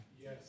Yes